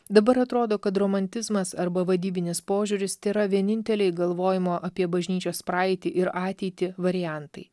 dabar atrodo kad romantizmas arba vadybinis požiūris tėra vieninteliai galvojimo apie bažnyčios praeitį ir ateitį variantai